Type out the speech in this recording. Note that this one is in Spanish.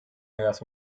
hagas